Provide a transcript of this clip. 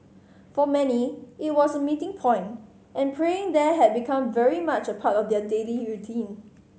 for many it was a meeting point and praying there had become very much a part of their daily routine